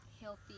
healthy